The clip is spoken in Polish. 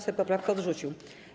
Sejm poprawkę odrzucił.